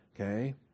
okay